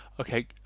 okay